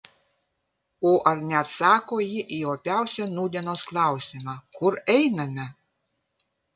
o ar neatsako ji į opiausią nūdienos klausimą kur einame